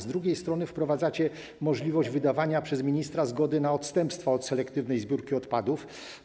Z drugiej strony wprowadzacie możliwość wydawania przez ministra zgody na odstępstwa od selektywnej zbiórki odpadów.